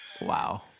Wow